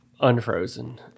unfrozen